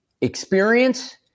experience